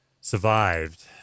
survived